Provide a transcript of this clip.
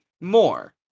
More